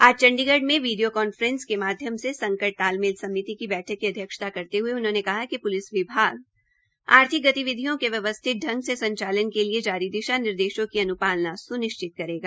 आज चंडीगढ़ में video conference के माध्यम से संकट तालमेल समिति की बैठक की अध्यक्षता करते हुये उन्होंने कहा कि प्लिस विभाग आर्थिक गतिविधियों के व्यवस्थित ढंग से संचालन के लिए जारी दिशा निर्देशों की अन्पालना स्निश्चित करेगा